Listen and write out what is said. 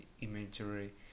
imagery